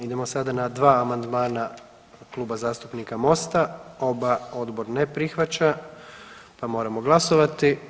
Idemo sada na 2 amandmana Kluba zastupnika MOST-a, oba odbor ne prihvaća pa moramo glasovati.